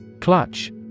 Clutch